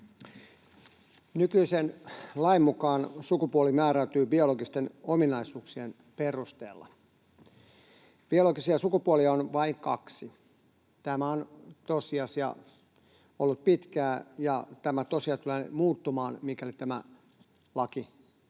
Nykyisen lain mukaan sukupuoli määräytyy biologisten ominaisuuksien perusteella. Biologisia sukupuolia on vain kaksi. Tämä on tosiasia ollut pitkään, ja tämä tosiaan tulee muuttumaan, mikäli tämä lakiesitys